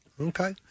okay